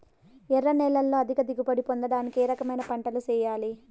ఎర్ర నేలలో అధిక దిగుబడి పొందడానికి ఏ రకమైన పంటలు చేయాలి?